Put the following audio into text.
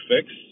fix